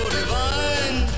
divine